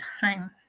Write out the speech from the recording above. time